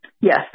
Yes